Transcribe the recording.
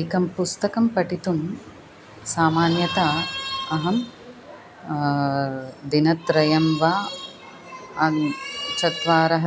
एकं पुस्तकं पठितुं सामान्यतया अहं दिनत्रयं वा अन् चत्वारः